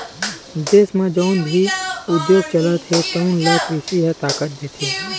देस म जउन भी उद्योग चलत हे तउन ल कृषि ह ताकत देथे